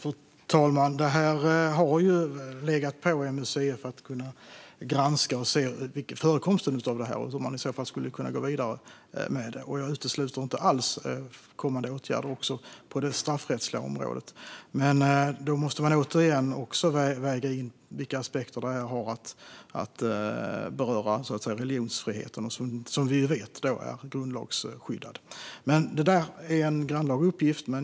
Fru talman! Det har legat på MCUF att granska förekomsten av det här och se hur man skulle kunna gå vidare. Jag utesluter inte alls kommande åtgärder även på det straffrättsliga området. Men då måste man återigen väga in vilka aspekter detta har rörande religionsfriheten, som är grundlagsskyddad. Detta är en grannlaga uppgift.